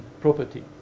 property